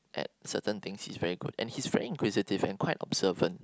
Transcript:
at certain things he's very good and he's very inquisitive and quite observant